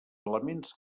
elements